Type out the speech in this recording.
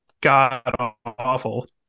god-awful